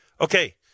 Okay